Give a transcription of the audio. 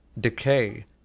decay